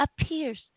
appears